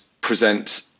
present